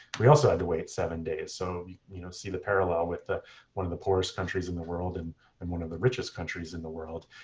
we also had to wait seven days. so you you know see the parallel with one of the poorest countries in the world and and one of the richest countries in the world.